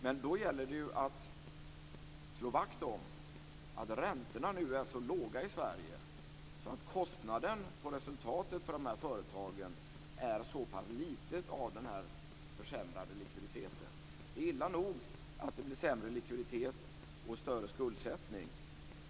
Men då gäller det ju att slå vakt om detta att räntorna nu är så låga i Sverige att den kostnad som blir resultatet av den här försämrade likviditeten för företagen blir liten. Det är illa nog att det blir sämre likviditet och större skuldsättning.